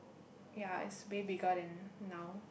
ya it's way bigger than now